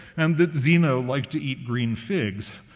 and that zeno liked to eat green figs.